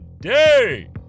day